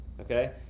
Okay